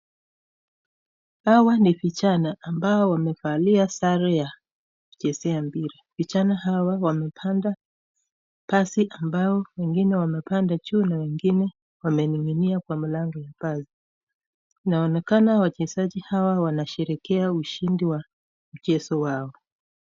Hawa ni vijana ambao wamevalia sare ya kuchezea mpira vijana hawa wamepanda basi ambao wengine wamepanda juu na wengine wamening'inia kwa mlango ya basi. Inaonekana wachezaji hawa wanasherehekea ushindi wa mchezo wao.